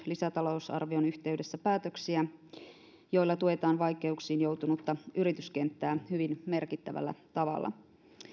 lisätalousarvion yhteydessä päätöksiä joilla tuetaan vaikeuksiin joutunutta yrityskenttää hyvin merkittävällä tavalla